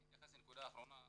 רק אתייחס לנקודה אחרונה בקצרה.